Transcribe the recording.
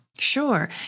Sure